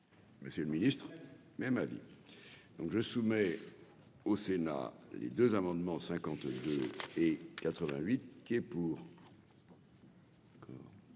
Monsieur le Ministre, même avis donc je soumets au Sénat, les 2 amendements 52 et 88 qui est pour.